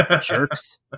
Jerks